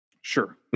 sure